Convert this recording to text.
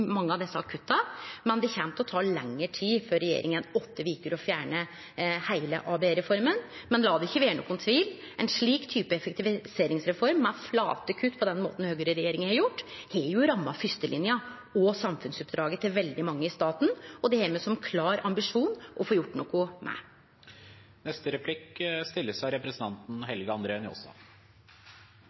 mange av desse kutta. Det kjem til å ta lengre tid for regjeringa enn åtte veker å fjerne heile ABE-reforma. Men lat det ikkje vere nokon tvil: Ein slik type effektiviseringsreform, med flate kutt, på den måten høgreregjeringa har gjort, har ramma fyrstelinja og samfunnsoppdraget til veldig mange i staten, og det har me som klar ambisjon å få gjort noko med.